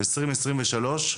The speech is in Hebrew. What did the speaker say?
2023,